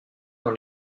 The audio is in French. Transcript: dans